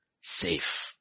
safe